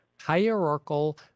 hierarchical